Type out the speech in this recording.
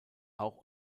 auch